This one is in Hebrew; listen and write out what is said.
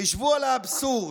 חשבו על האבסורד: